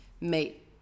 meet